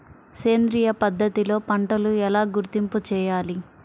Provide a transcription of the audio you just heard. సేంద్రియ పద్ధతిలో పంటలు ఎలా గుర్తింపు చేయాలి?